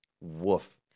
Woof